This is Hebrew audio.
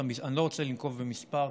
אני לא רוצה לנקוב במספר,